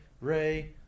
Ray